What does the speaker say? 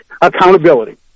Accountability